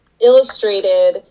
illustrated